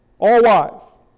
All-wise